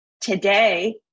today